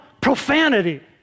profanity